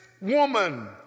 woman